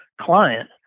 client